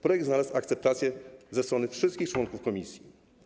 Projekt znalazł akceptację ze strony wszystkich członków Komisji.